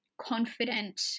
confident